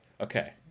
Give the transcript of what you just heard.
Okay